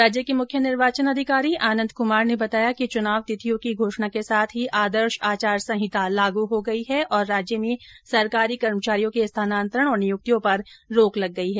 राज्य के मुख्य निर्वाचन अधिकारी आनन्द कुमार ने बताया कि चुनाव तिथियों की घोषणा के साथ ही आदर्श आचार संहिता लागू हो गयी है और राज्य में सरकारी कर्मचारियों के स्थानान्तरण और नियुक्तियों पर रोक लग गई है